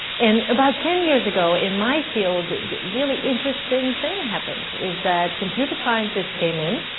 and about ten years ago in my field, the really interesting thing happened is that computer scientists came in.